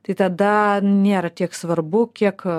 tai tada nėra tiek svarbu kiek